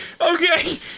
Okay